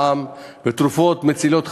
ותרופות מצילות חיים,